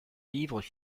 livres